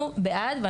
אנחנו בעד.